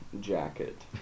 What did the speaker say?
jacket